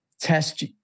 test